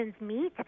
Meet